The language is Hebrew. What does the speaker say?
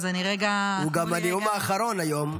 אז אני רגע -- הוא גם הנאום האחרון היום.